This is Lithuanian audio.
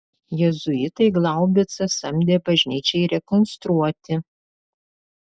jėzuitai glaubicą samdė bažnyčiai rekonstruoti